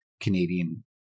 Canadian